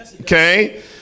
okay